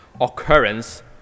occurrence